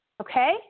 Okay